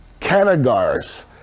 canagars